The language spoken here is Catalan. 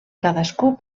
cadascú